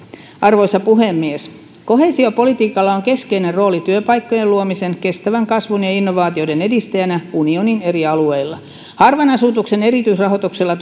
arvoisa puhemies koheesiopolitiikalla on keskeinen rooli työpaikkojen luomisen kestävän kasvun ja innovaatioiden edistäjänä unionin eri alueilla harvan asutuksen erityisrahoituksella